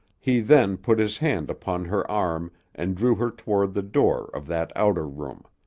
he then put his hand upon her arm and drew her toward the door of that outer room.